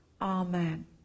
Amen